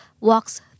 walks